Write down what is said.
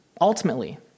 ultimately